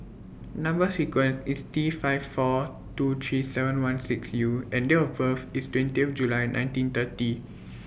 Number sequence IS T five four two three seven one six U and Date of birth IS twenty July nineteen thirty